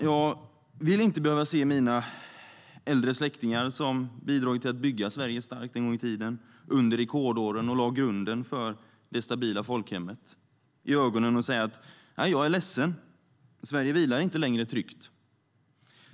Jag vill inte behöva se mina äldre släktingar, som en gång i tiden bidrog till att bygga Sverige starkt under rekordåren och lade grunden för det stabila folkhemmet, i ögonen och säga: Jag är ledsen, men Sverige vilar inte längre tryggt.